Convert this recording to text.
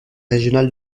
régional